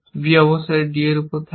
b অবশ্যই d এর উপর থাকবে